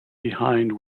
behind